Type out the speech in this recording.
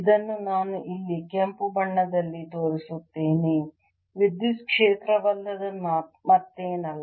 ಇದನ್ನು ನಾನು ಇಲ್ಲಿ ಕೆಂಪು ಬಣ್ಣದಲ್ಲಿ ತೋರಿಸುತ್ತೇನೆ ವಿದ್ಯುತ್ ಕ್ಷೇತ್ರವಲ್ಲದೆ ಮತ್ತೇನಲ್ಲ